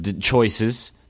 choices